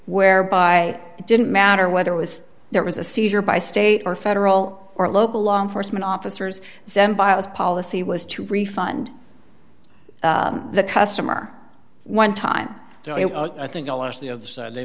whereby it didn't matter whether was there was a seizure by state or federal or local law enforcement officers was policy was to refund the customer one time i th